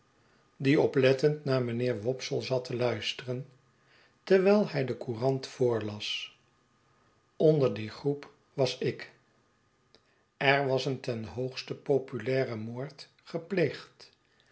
die oplettend naar mijnhfer wopsle zat te luisteren terwijl hij de courant voorias onder die groep was ik er was een ten hoogste populaire moord gepleegd